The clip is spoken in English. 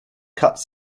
cuts